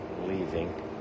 leaving